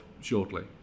shortly